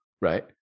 right